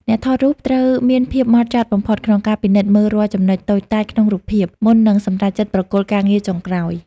អ្នកថតរូបត្រូវមានភាពហ្មត់ចត់បំផុតក្នុងការពិនិត្យមើលរាល់ចំណុចតូចតាចក្នុងរូបភាព មុននឹងសម្រេចចិត្តប្រគល់ការងារចុងក្រោយ។